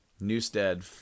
Newstead